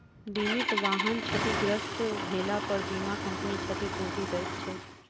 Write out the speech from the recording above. बीमित वाहन क्षतिग्रस्त भेलापर बीमा कम्पनी क्षतिपूर्ति दैत छै